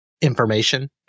information